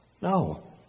No